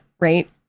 right